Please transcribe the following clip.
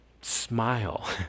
Smile